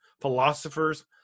philosophers